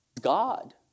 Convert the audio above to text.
God